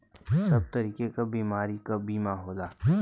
सब तरीके क बीमारी क बीमा होला